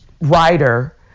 writer